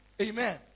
Amen